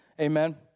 amen